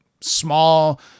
small